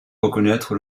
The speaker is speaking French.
reconnaitre